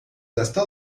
desta